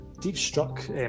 deep-struck